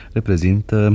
Reprezintă